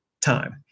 time